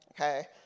okay